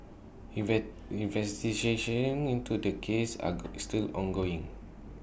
invert investigations into this case are still ongoing